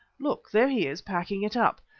look, there he is packing it up.